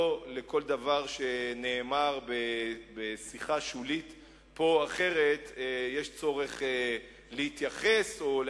לא לכל דבר שנאמר בשיחה שולית זו או אחרת יש צורך להתייחס ולא